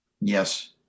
Yes